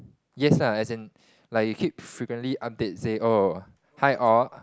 yes lah as in like you keep frequently update say oh hi all